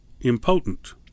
impotent